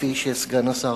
כפי שאמר סגן השר,